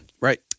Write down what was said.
Right